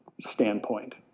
standpoint